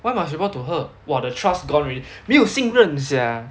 why must report to her !wah! the trust gone already 没有信任 sia